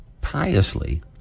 piously